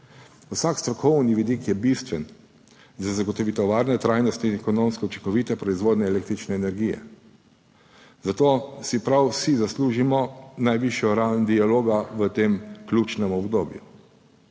Vsak strokovni vidik je bistven za zagotovitev varne, trajnosti in ekonomsko učinkovite proizvodnje električne energije. Zato si prav vsi zaslužimo najvišjo raven dialoga v tem ključnem obdobju.